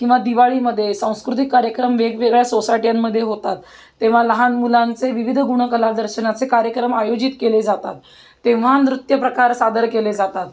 किंवा दिवाळीमध्ये सांस्कृतिक कार्यक्रम वेगवेगळ्या सोसायट्यांमध्ये होतात तेव्हा लहान मुलांचे विविध गुण कलादर्शनाचे कार्यक्रम आयोजित केले जातात तेव्हा नृत्यप्रकार सादर केले जातात